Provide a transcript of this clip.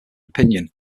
opinion